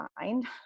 mind